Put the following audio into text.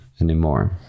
anymore